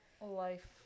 Life